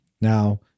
Now